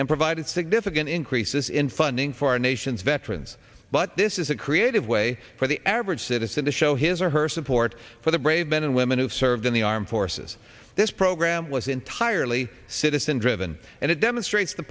and provided significant increases in funding for our nation's veterans but this is a creative way for the average citizen to show his or her support for the brave men and women who've served in the armed forces this program was entirely citizen driven and it demonstrates the